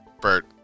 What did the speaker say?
Bert